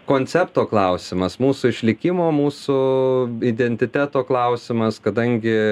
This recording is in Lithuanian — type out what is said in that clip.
koncepto klausimas mūsų išlikimo mūsų identiteto klausimas kadangi